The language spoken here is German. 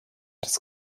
des